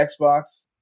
Xbox